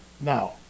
Now